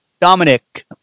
Dominic